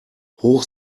hoch